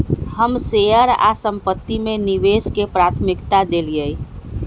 हम शेयर आऽ संपत्ति में निवेश के प्राथमिकता देलीयए